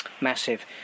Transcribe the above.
Massive